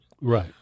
Right